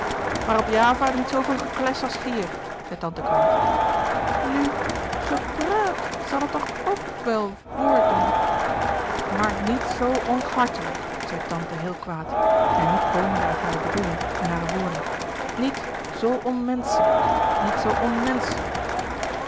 maar op java niet soo veel geklès als ghier zei tante kwaad nu gepraàt zal er toch ook wel w o r d e n maar niet soo onghartelijk zei tante louis couperus de boeken der kleine zielen heel kwaad en niet komende uit hare bedoeling en hare woorden niet soo onmenselijk niet zoo